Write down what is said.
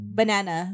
banana